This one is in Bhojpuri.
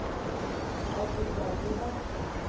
और कुछ बाकी बा?